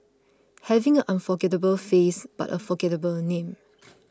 having an unforgettable face but a forgettable name